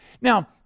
Now